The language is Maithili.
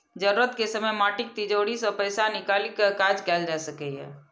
जरूरत के समय माटिक तिजौरी सं पैसा निकालि कें काज कैल जा सकैए